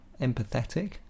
empathetic